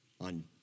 on